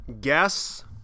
guess